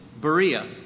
Berea